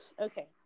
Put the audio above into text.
Okay